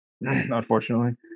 unfortunately